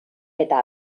eta